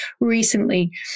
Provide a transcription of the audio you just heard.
recently